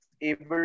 able